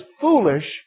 foolish